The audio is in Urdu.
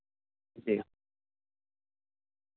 جی